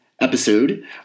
episode